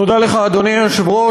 תודה לך, אדוני היושב-ראש.